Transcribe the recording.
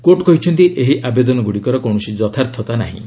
court କହିଛନ୍ତି ଏହି ଆବେଦନଗୁଡ଼ିକର କୌଣସି ଯଥାର୍ଥତା ନାହିଁ